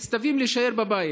להישאר בבית.